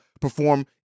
perform